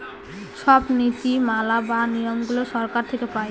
সব নীতি মালা বা নিয়মগুলো সরকার থেকে পায়